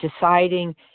deciding